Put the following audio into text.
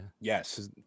Yes